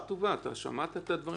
שמעת מה הוא אמר.